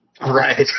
Right